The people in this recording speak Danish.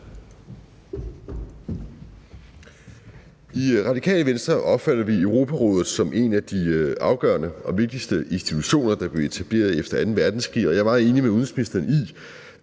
I Radikale Venstre opfatter vi Europarådet som en af de afgørende og vigtigste institutioner, der blev etableret efter anden verdenskrig, og jeg er meget enig med udenrigsministeren i,